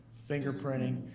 fingerprinting,